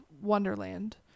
Wonderland